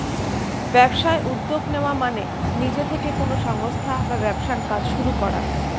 ব্যবসায় উদ্যোগ নেওয়া মানে নিজে থেকে কোনো সংস্থা বা ব্যবসার কাজ শুরু করা